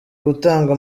gutanga